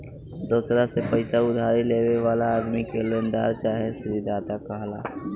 दोसरा से पईसा उधारी लेवे वाला आदमी के लेनदार चाहे ऋणदाता कहाला